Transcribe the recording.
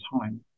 time